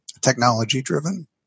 technology-driven